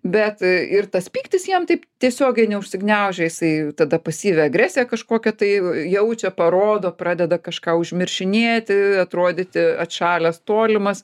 bet ir tas pyktis jam taip tiesiogiai neužsigniaužia jisai tada pasyvią agresiją kažkokią tai jaučia parodo pradeda kažką užmiršinėti atrodyti atšalęs tolimas